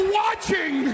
watching